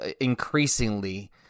increasingly